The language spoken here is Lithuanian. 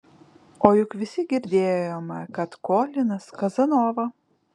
o juk visi girdėjome kad kolinas kazanova